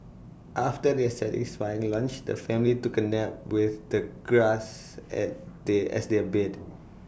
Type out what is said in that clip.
after their satisfying lunch the family took A nap with the grass as they as their bed